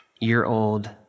year-old